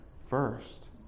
first